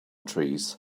trees